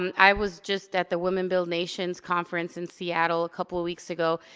um i was just at the women build nations conference in seattle a couple of weeks ago,